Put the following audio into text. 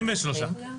23. בכל הארץ.